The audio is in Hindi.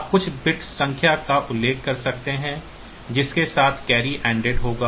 आप कुछ बिट संख्या का उल्लेख कर सकते हैं जिसके साथ कैरी AND'ed होगा